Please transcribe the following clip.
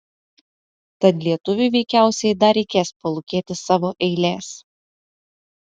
tad lietuviui veikiausiai dar reikės palūkėti savo eilės